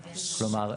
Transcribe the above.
כלומר,